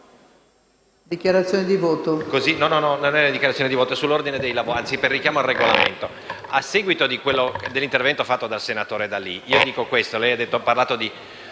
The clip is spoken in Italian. dichiarazione di voto.